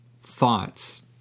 thoughts